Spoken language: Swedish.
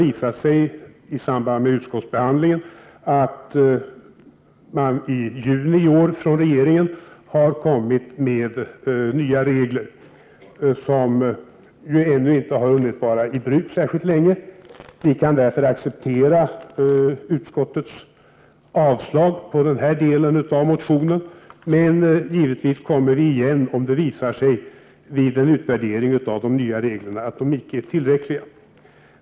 I samband med utskottsbehandlingen visade det sig ju att regeringen i juni i år införde nya regler, vilka alltså ännu inte har hunnit gälla särskilt länge. Vi kan därför acceptera utskottets avslag när det gäller denna del av vår kommittémotion. Givetvis kommer vi dock tillbaka till frågan, om det vid en utvärdering av de nya reglerna skulle visa sig att dessa inte är tillräckliga.